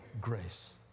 grace